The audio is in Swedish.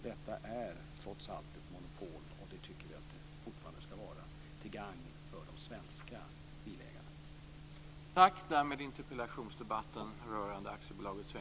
Detta är trots allt ett monopol, och det tycker vi att det fortfarande skall vara, till gagn för de svenska bilägarna.